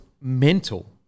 mental